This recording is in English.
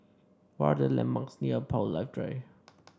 what are the landmarks near Paul Little Drive